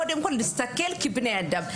קודם כל צריך להסתכל על אחרים כבני אדם.